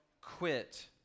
quit